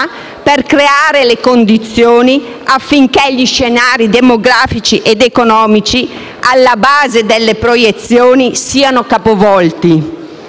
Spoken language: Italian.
per creare le condizioni affinché gli scenari demografici e economici alla base delle proiezioni siano capovolti.